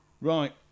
Right